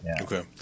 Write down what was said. Okay